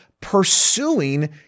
pursuing